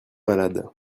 malades